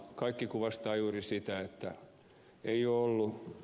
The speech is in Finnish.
kaikki kuvastaa juuri sitä että ei oo ollu